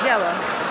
Działa?